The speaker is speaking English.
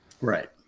Right